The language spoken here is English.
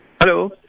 Hello